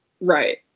right